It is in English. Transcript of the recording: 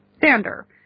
Sander